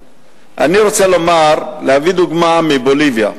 אני רוצה להביא דוגמה מבוליביה.